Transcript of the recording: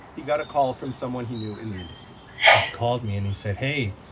he got a call from someone he knew in the industry and he called me. and he said, hey,